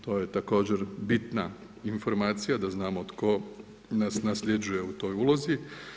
To je također bitna informacija da znamo tko nas nasljeđuje u toj ulozi.